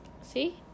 See